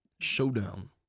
showdown